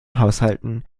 haushalten